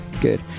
Good